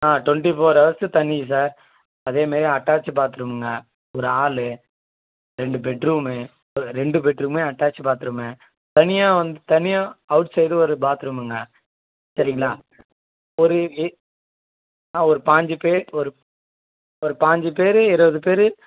ஆ twenty four hours தண்ணி sir அதேமாதிரி attach பாத்ரூமுங்க ஒரு ஹாலு ரெண்டு பெட்ரூமு ரெண்டு பெட்ரூமு அட்டாச் பாத்ரூமு தனியாக வந்து தனியாக அவுட் சைடு ஒரு பாத்ரூமுங்க சரிங்களா ஒரு ஆ ஒரு பாஞ்சி பேர் ஒரு ஒரு பாஞ்சி பேர் இருபது பேர்